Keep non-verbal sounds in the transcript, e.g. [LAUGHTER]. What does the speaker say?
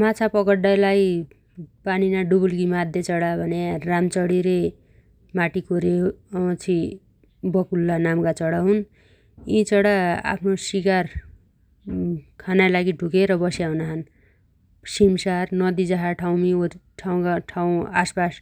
माछा पगड्डाइ लाइ पानीना डुबुल्की माद्दया चणा भन्या रामचणी रे माटीकोरे वापछि बकुल्ला नामगा चणा हुन् । यी चणा आफ्नो शिगार [HESITATION] खानाइ लागि ढुगेर बस्या हुनाछन् । सिमसार नदी जसा ठाउमी वरि ठाउँगा-ठाउँ [NOISE] आसपास